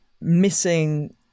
missing